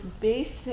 basic